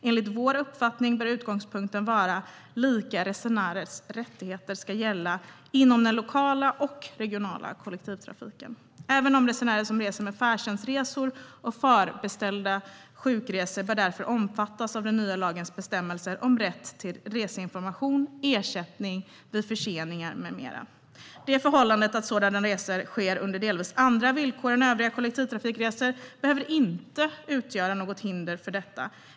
Enligt vår uppfattning bör utgångspunkten vara att lika resenärsrättigheter ska gälla inom den lokala och regionala kollektivtrafiken. Även de resenärer som reser med färdtjänstresor och förbeställda sjukresor bör därför omfattas av den nya lagens bestämmelser om rätt till reseinformation, ersättning vid förseningar med mera. Stärkta rättigheter för kollektivresenärer Det förhållandet att sådana resor sker under delvis andra villkor än övriga kollektivtrafikresor behöver inte utgöra något hinder för detta.